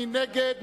מי נגד,